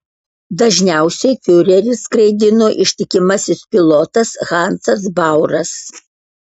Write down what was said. dažniausiai fiurerį skraidino ištikimasis pilotas hansas bauras